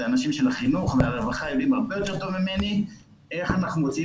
אנשים של החינוך והרווחה יודעים הרבה יותר טוב ממני איך אנחנו מוצאים